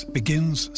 begins